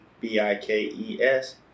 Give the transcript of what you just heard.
B-I-K-E-S